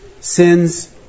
sins